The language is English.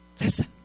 Listen